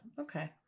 Okay